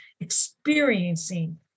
experiencing